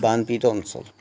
বানপীড়িত অঞ্চল